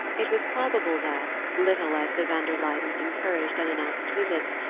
it was probable that, little as the van der luydens encouraged unannounced visits,